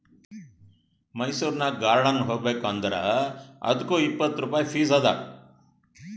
ಮೈಸೂರನಾಗ್ ಗಾರ್ಡನ್ ಹೋಗಬೇಕ್ ಅಂದುರ್ ಅದ್ದುಕ್ ಇಪ್ಪತ್ ರುಪಾಯಿ ಫೀಸ್ ಅದಾ